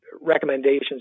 recommendations